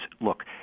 Look